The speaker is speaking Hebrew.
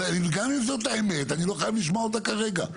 גם אם זו האמת אני לא חייב לשמוע אותה כרגע.